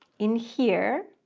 in here.